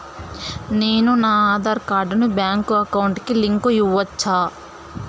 నేను నా ఆధార్ కార్డును బ్యాంకు అకౌంట్ కి లింకు ఇవ్వొచ్చా?